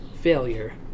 failure